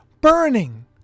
burning